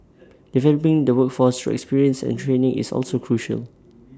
developing the workforce through experience and training is also critical